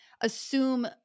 assume